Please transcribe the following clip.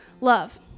love